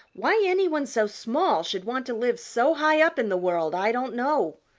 why any one so small should want to live so high up in the world i don't know,